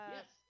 Yes